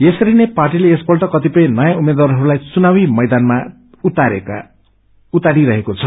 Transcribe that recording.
यसरी नै पार्टीले यसपल्ट कतिपय नयाँ उम्मेद्वारहरूलाई चुनावी मैदानमा उतारि रहेको छ